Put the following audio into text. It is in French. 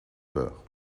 peur